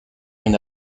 une